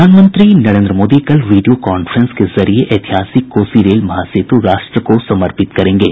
प्रधानमंत्री नरेन्द्र मोदी कल video conference के जरिए ऐतिहासिक कोसी रेल महासेतु राष्ट्र को समर्पित करेंगे